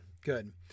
good